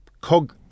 cog